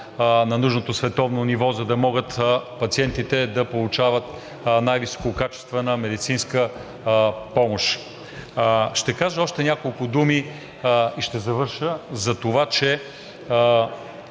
на нужното световно ниво, за да могат пациентите да получават най-висококачествена медицинска помощ. Ще кажа още няколко думи и ще завърша, за това, че